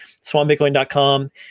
swanbitcoin.com